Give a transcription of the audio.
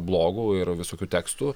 blogų ir visokių tekstų